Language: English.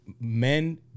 Men